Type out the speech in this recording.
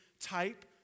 type